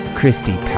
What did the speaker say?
Christy